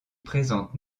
présente